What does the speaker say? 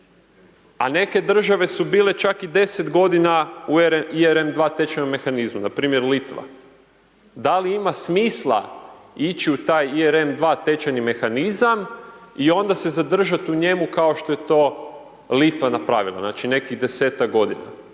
a neke države su bile čak i deset godina u ERM 2 tečajnom mehanizmu, na primjer Litva. Da li ima smisla ići u taj ERM 2 tečajni mehanizam i onda se zadržati u njemu kao što je to Litva napravila, znači nekih desetak godina,